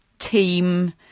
team